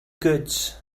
goods